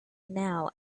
now